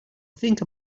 think